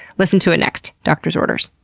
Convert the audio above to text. listen to it next. doctor's orders.